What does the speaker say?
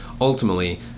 ultimately